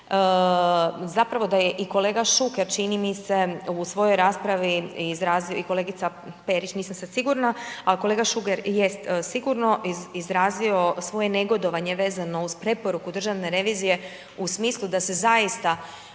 zapravo da je i kolega Šuker, čini mi se u svojoj raspravi i kolegice Perić, nisam sad sigurna, ali kolega Šuker jest sigurno izrazio svoje negodovanje vezano uz preporuku Državne revizije u smislu da se zaista